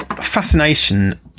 Fascination